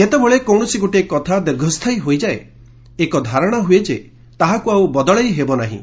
ଯେତେବେଳେ କୌଣସି ଗୋଟିଏ କଥା ଦୀର୍ଘସ୍ଥାୟୀ ହୋଇଯାଏ ଏକ ଧାରଣା ହୁଏ ଯେ ତାହାକୁ ଆଉ ବଦଳାଇ ହେବ ନାହିଁ